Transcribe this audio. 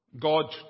God